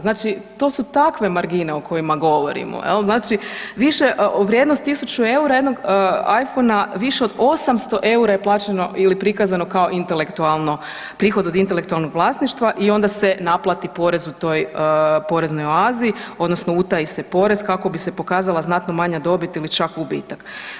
Znači to su takve margine o kojima govorimo jel, znači više vrijednost 1.000 EUR-a jednog iphone-a više od 800 EUR-a je plaćeno ili prikazano kao intelektualno, prihod od intelektualnog vlasništva i onda se naplati porez u toj poreznoj oazi odnosno utaji se porez kako bi se pokazala znatno manja dobit ili čak gubitak.